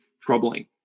troubling